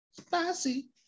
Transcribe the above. spicy